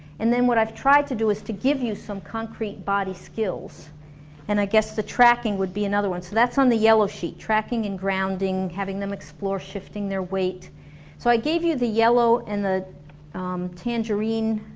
and then what i've tried to do is to give you some concrete body skills and i guess the tracking would be another one, so that's on the yellow sheet. tracking and grounding, having them explore shifting their weight so i gave you the yellow and the um tangerine